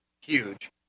huge